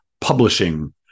publishing